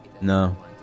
No